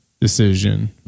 decision